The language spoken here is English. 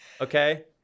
okay